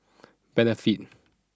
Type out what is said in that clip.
Benefit